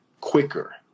quicker